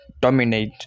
dominate